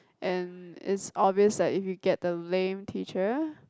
and it's obvious that if you get the lame teacher